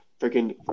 freaking